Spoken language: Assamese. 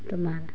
তোমাৰ